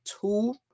two